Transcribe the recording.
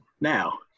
Now